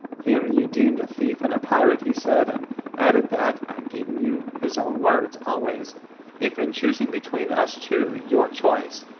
him you deemed a thief and a pirate, he said, and added that i am giving you his own words always if in choosing between us two, your choice,